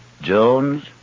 Jones